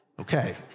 Okay